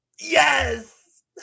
Yes